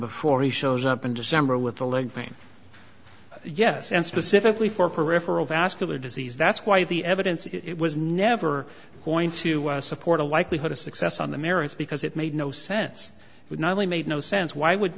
before he shows up in december with the leg pain yes and specifically for peripheral vascular disease that's why the evidence it was never going to support a likelihood of success on the merits because it made no sense it would not only made no sense why would